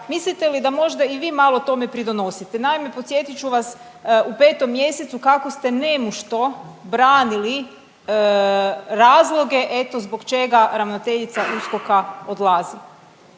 mislite li da možda i vi malo tome pridonosite? Naime, podsjetit ću vas u 5. mjesecu kako ste nemušto branili razloge eto zbog čega ravnateljica USKOK-a odlazi.